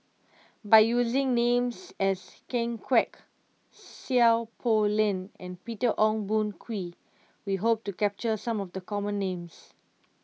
by using names such as Ken Kwek Seow Poh Leng and Peter Ong Boon Kwee we hope to capture some of the common names